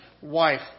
wife